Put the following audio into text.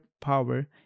power